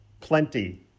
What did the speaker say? plenty